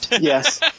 Yes